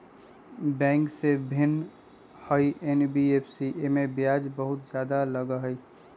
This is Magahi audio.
बैंक से भिन्न हई एन.बी.एफ.सी इमे ब्याज बहुत ज्यादा लगहई?